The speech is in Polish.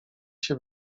się